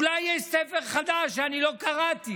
אולי יש ספר חדש שאני לא קראתי.